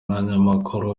n’abanyamakuru